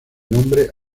nombre